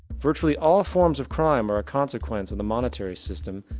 virtually all forms of crime are consequence in the monetary system,